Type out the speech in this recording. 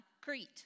Crete